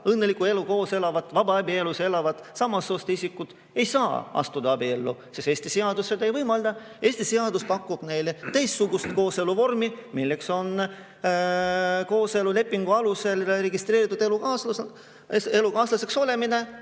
õnnelikku elu elavad, vabaabielus elavad samast soost isikud ei saa astuda abiellu, sest Eesti seadused ei võimalda. Eesti seadus pakub neile teistsugust kooselu vormi, milleks on kooselulepingu alusel registreeritud elukaaslasteks olemine.